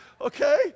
Okay